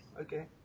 Okay